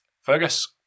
Fergus